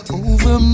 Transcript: over